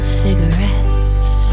cigarettes